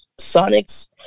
sonics